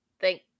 thank